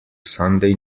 sunday